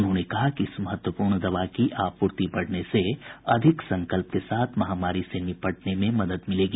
उन्होंने कहा कि इस महत्वपूर्ण दवा की आपूर्ति बढ़ने से अधिक संकल्प के साथ महामारी से निपटने में मदद मिलेगी